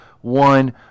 one